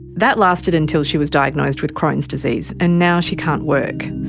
that lasted until she was diagnosed with crohn's disease and now she can't work.